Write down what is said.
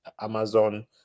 Amazon